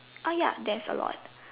uh ya that's a lot